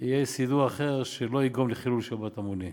יהיה סידור אחר שלא יגרום לחילול שבת המוני.